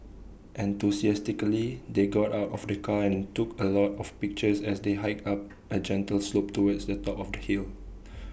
enthusiastically they got out of the car and took A lot of pictures as they hiked up A gentle slope towards the top of the hill